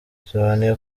bisobanuye